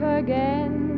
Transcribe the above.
again